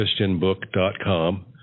christianbook.com